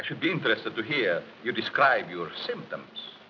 i should be interested to hear you describe your symptoms